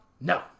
No